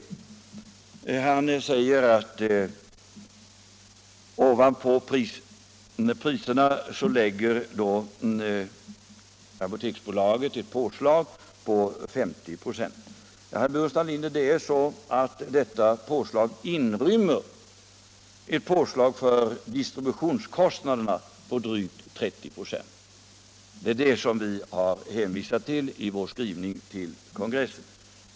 Nr 15 Han sade att ovanpå priserna lägger Apoteksbolaget ett påslag på 50 96. Men, herr Burenstam Linder, detta påslag inrymmer ett påslag för distributionskostnaderna på drygt 30 96. Det är det som vi har hänvisat skör till i vår skrivning till kongressen.